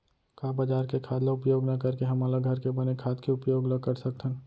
का बजार के खाद ला उपयोग न करके हमन ल घर के बने खाद के उपयोग ल कर सकथन?